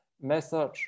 message